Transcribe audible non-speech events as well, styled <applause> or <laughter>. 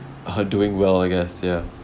<laughs> doing well I guess ya